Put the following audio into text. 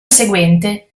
seguente